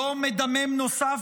יום מדמם נוסף